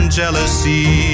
jealousy